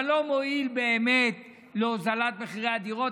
אבל לא מועיל באמת בהורדת מחירי הדירות.